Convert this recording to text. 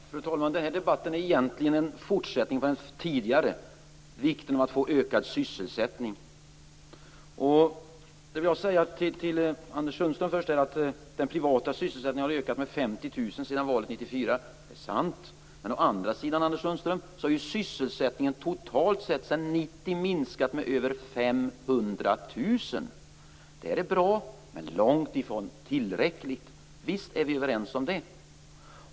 Fru talman! Den här debatten är egentligen en fortsättning på den tidigare om vikten av att få ökad sysselsättning. Först vill jag säga till Anders Sundström att den privata sysselsättningen har ökat med 50 000 sedan valet 1994 - det är sant. Men å andra sidan, Anders Sundström, har ju sysselsättningen totalt sett sedan 1990 minskat med över 500 000. Det här är bra men långt ifrån tillräckligt. Visst är vi överens om det.